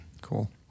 Cool